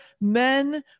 Men